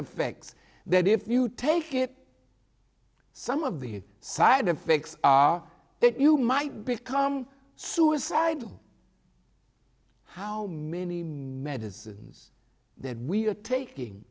effect that if you take it some of the side effects are that you might become suicidal how many medicines that we are taking